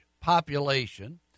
population